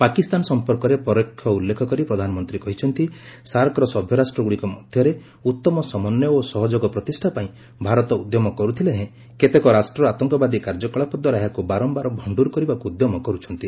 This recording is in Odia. ପାକିସ୍ତାନ ସଂପର୍କରେ ପରୋକ୍ଷ ଉଲ୍ଲେଖ କରି ପ୍ରଧାନମନ୍ତ୍ରୀ କହିଛନ୍ତି ଯେ ସାର୍କର ସଭ୍ୟରାଷ୍ଟ୍ରଗୁଡ଼ିକ ମଧ୍ୟରେ ଉତ୍ତମ ସମନ୍ୱୟ ଓ ସହଯୋଗ ପ୍ରତିଷ୍ଠା ପାଇଁ ଭାରତ ଉଦ୍ୟମ କରିଥିଲେ ହେଁ କେତେକ ରାଷ୍ଟ୍ର ଆତଙ୍କବାଦୀ କାର୍ଯ୍ୟକଳାପ ଦ୍ୱାରା ଏହାକୁ ବାରମ୍ଘାର ଭଣ୍ଣୁର କରିବାକୁ ଉଦ୍ୟମ କରୁଛନ୍ତି